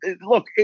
look